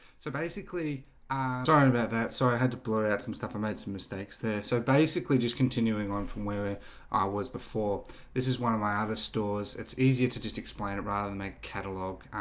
so basically throwing about that. sorry. i had to blow out some stuff. i made some mistakes there so basically just continuing on from where i was before this is one of my other stores it's easier to just explain it rather than make catalog